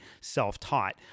self-taught